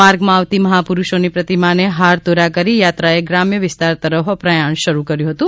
માર્ગમાં આવતી મહા પુરૂષોની પ્રતિમાને હારતોરા કરી યાત્રાએ ગ્રામ્ય વિસ્તાર તરફ પ્રયાણ શરૂ કર્યું હતું